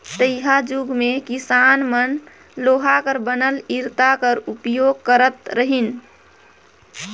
तइहाजुग मे किसान मन लोहा कर बनल इरता कर उपियोग करत रहिन